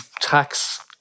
tax